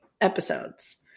episodes